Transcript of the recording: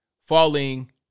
falling